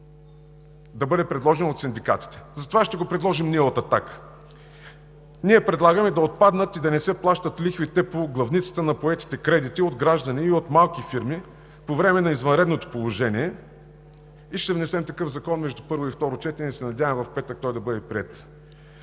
да бъде предложено от синдикатите. Затова ние от „Атака“ ще го предложим. Предлагаме да отпаднат и да не се плащат лихвите по главницата на поетите кредити от граждани и от малки фирми по време на извънредното положение. Ще внесем такъв закон между първо и второ четене и се надяваме в петък той да бъде приет.